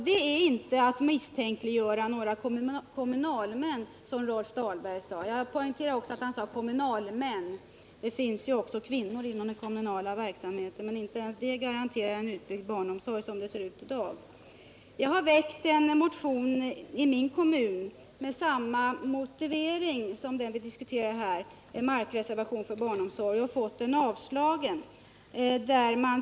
Det är inte att misstänkliggöra några kommunalmän, som Rolf Dahlberg sade. Jag poängterar också att han sade ”kommunalmän”. Det finns ju också kvinnor inom den kommunala verksamheten, men inte ens det garanterar en utbyggd barnomsorg, som det ser ut i dag. Jag har väckt en motion i min kommun med samma motivering som den vi diskuterar här i dag, nämligen markreservation för barnomsorg, och fått den avslagen.